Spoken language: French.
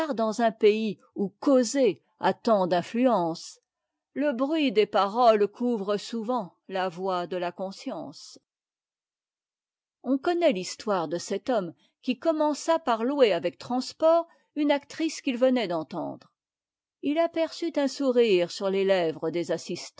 dans un pays où causer a tant d'influence le bruit des paroles couvre souvent la voix de la conscience on connaît l'histoire de cet homme qui commença par louer avec transport une actrice qu'il venait d'entendre i aperçut un sourire sur les lèvres des